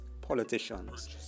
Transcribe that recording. politicians